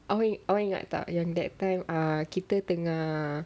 awak awak ingat tak yang that time kita tengah